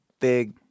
big